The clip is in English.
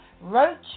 roach